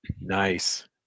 Nice